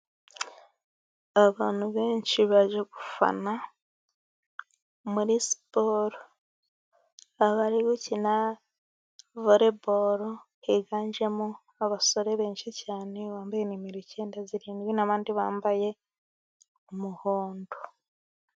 Abantu benshi baje gufana muri siporo abari gukina vore bolo higanjemo abasore benshi cyane uwambaye numero icyenda, zirindwi n'abandi bambaye umuhondo.